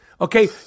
Okay